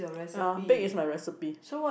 uh bake is my recipe